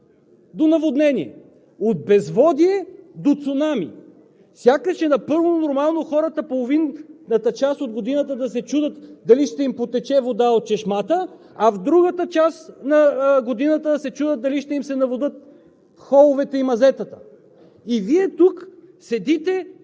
в заплаха за наводнения, от истинска суша до наводнение! От безводие – до цунами! Сякаш е напълно нормално хората в половината част от годината да се чудят дали ще им потече вода от чешмата, а в другата част на годината да се чудят дали ще им се наводнят